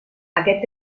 aquest